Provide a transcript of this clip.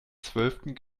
zwölften